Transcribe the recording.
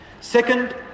Second